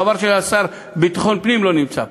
חבל שהשר לביטחון פנים לא נמצא פה,